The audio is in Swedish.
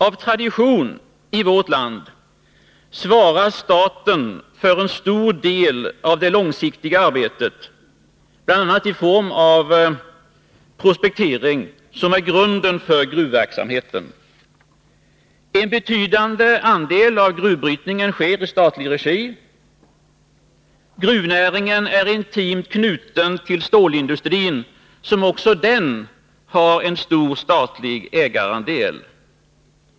Av tradition i vårt land svarar staten för en stor del av det långsiktiga arbetet, bl.a. i form av prospektering, som är grunden för gruvverksamheten. En betydande andel av gruvbrytningen sker i statlig regi. Gruvnäringen är intimt knuten till stålindustrin, som också den har en stor statlig ägarandel.